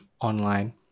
online